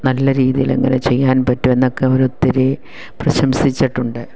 നല്ല രീതിയിലെങ്ങനെ ചെയ്യാൻ പറ്റും എന്നൊക്കെ ഒരൊത്തിരി പ്രശംസിച്ചിട്ടുണ്ട്